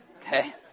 Okay